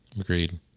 Agreed